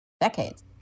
decades